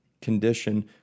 condition